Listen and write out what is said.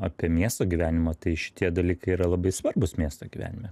apie miesto gyvenimą tai šitie dalykai yra labai svarbus miesto gyvenime